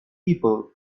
people